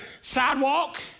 sidewalk